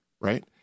right